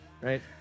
right